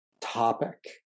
topic